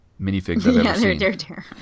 minifigs